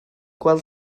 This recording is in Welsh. gweld